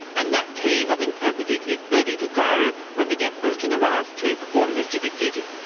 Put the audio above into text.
and that team of interpreters is ready to go when the deaf person arrives to perform their civic duty.